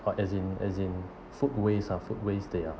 uh as in as in food waste ah food waste they are